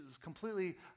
completely